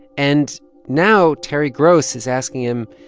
and now terry gross is asking him,